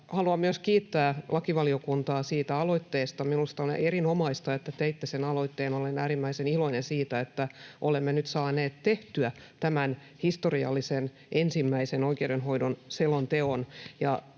Haluan myös kiittää lakivaliokuntaa aloitteesta. Minusta on erinomaista, että teitte sen aloitteen. Olen äärimmäisen iloinen siitä, että olemme nyt saaneet tehtyä tämän historiallisen, ensimmäisen oikeudenhoidon selonteon,